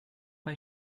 bei